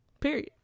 Period